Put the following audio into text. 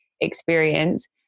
experience